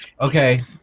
Okay